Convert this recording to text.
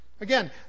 Again